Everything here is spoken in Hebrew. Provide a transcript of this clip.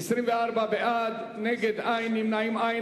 24 בעד, נגד, אין, נמנעים, אין.